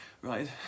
Right